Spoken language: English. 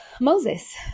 moses